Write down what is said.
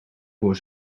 voor